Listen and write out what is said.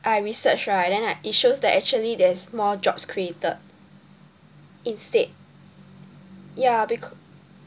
I research right then like it shows that actually there's more jobs created instead ya becau~